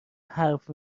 حرف